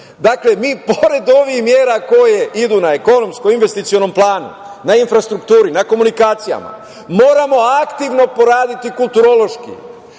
mi pored ovih mera koje idu na ekonomskom, investicionom planu, na infrastrukturi, na komunikacijama, moramo aktivno poraditi kulturološki,